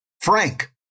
Frank